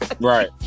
Right